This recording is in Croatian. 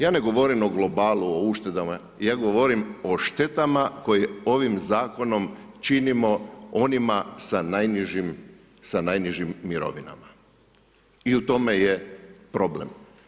Ja ne govorim o globalu, o uštedama, ja govorim o štetama koje ovim Zakonom činimo onima sa najnižim mirovinama i u tome je problem.